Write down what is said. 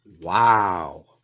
Wow